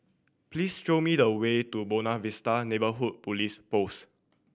please show me the way to Buona Vista Neighbourhood Police Post